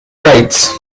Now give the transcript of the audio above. rights